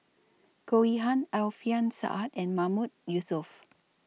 Goh Yihan Alfian Sa'at and Mahmood Yusof